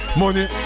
money